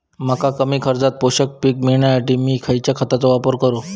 मका कमी खर्चात पोषक पीक मिळण्यासाठी मी खैयच्या खतांचो वापर करू?